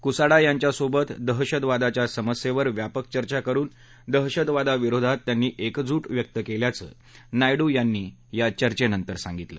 कुसाडा यांच्यासोबत दहशतववादाच्या समस्येवर व्यापक चर्चा करून दहशतवादाविरोधात त्यांनी एकजू व्यक्त केल्याचं नायडू यांनी या चर्चेनंतर सांगितलं